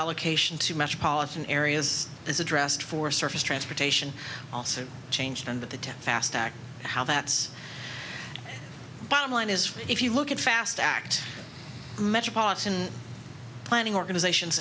allocation to metropolitan areas is addressed for surface transportation also changed under the tent fast act how that's bottom line is if you look at fast act metropolitan planning organizations